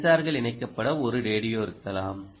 சென்சார்கள் இணைக்கப்பட்ட ஒரு ரேடியோ இருக்கலாம்